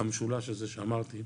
המשולש הזה שאמרתי,